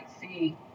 see